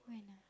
when ah